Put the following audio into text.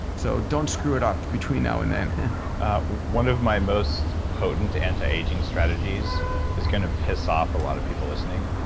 so don't screw it up between now and then one of my most potent anti-aging strategies is going to piss off a lot of people listening,